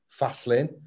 Fastlane